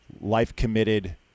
life-committed